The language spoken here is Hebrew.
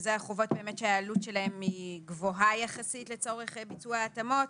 שאלה החובות שהעלות שלהם היא גבוהה יחסית לצורך ביצוע ההתאמות.